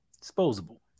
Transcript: Disposable